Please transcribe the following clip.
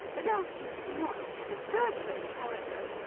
that is not to the purpose, however.